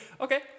Okay